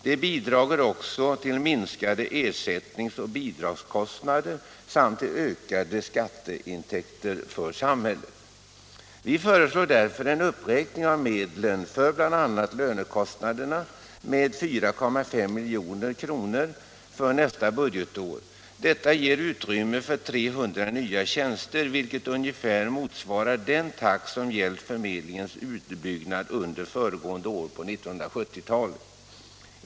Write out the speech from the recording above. Detta bidrar också till minskade ersättnings och bidragskostnader samt till ökade skatteintäkter för samhället. Vi föreslår mot denna bakgrund en uppräkning av medlen för bl.a. lönekostnader med 4,5 milj.kr. för nästa budgetår. Detta ger utrymme för 300 nya tjänster, vilket ungefär motsvarar den takt som gällt för förmedlingens utbyggnad under tidigare år på 1970-talet.